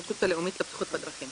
ברשות הלאומית לבטיחות בדרכים.